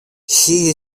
she